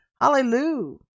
Hallelujah